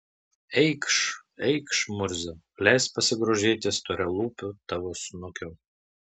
eikš eikš murziau leisk pasigrožėti storalūpiu tavo snukiu